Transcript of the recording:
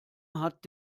hat